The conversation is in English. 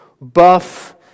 buff